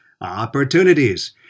Opportunities